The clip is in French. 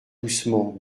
doucement